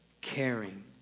caring